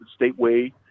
Stateway